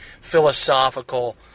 philosophical